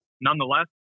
nonetheless